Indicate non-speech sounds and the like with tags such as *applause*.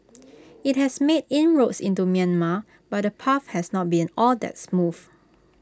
*noise* IT has made inroads into Myanmar but the path has not been all that smooth